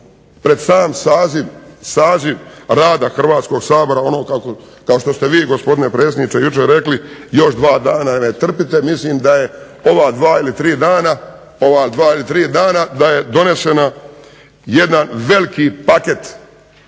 pred sam saziv rada Hrvatskog sabora, ono kao što ste vi gospodine predsjedniče jučer rekli još dva dana me trpite, mislim da je ova dva ili tri dana da je donesen jedan veliki paket